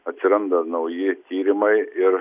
atsiranda nauji tyrimai ir